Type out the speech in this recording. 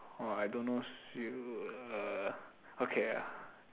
!wah! I don't know [siol] err okay ah